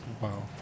Wow